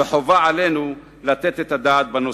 וחובה עלינו לתת את הדעת בנושא.